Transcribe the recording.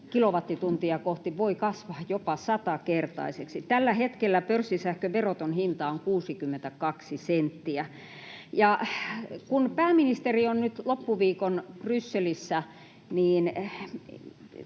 kilowattituntia kohti voi kasvaa jopa satakertaiseksi. Tällä hetkellä pörssisähkön veroton hinta on 62 senttiä. Kun pääministeri on nyt loppuviikon Brysselissä, niin